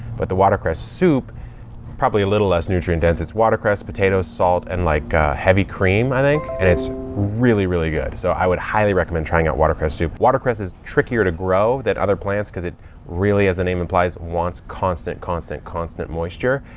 but the watercress soup probably a little less nutrient dense. it's watercress, potatoes, salt, and like a heavy cream i think. and it's really, really good. so i would highly recommend trying out watercress soup. watercress is trickier to grow than other plants cause it really, as the name implies, wants constant, constant, constant moisture.